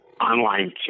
online